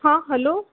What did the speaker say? हां हॅलो